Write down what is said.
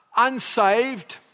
unsaved